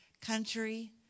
country